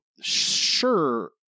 sure